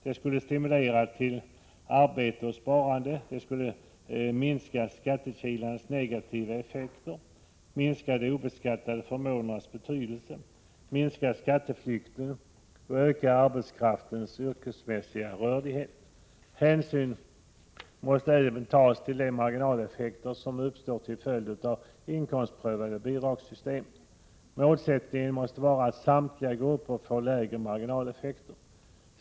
Detta skulle stimulera till arbete och sparande, minska skattekilarnas negativa effekter, minska de obeskattade förmånernas betydelse, minska skatteflykten och öka arbetskraftens yrkesmässiga rörlighet. Hänsyn måste även tas till de marginaleffekter som uppstår till följd av inkomstprövade bidragssystem. Målsättningen måste vara att samtliga grupper får lägre marginaleffekter.